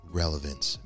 relevance